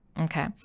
Okay